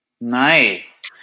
Nice